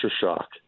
shock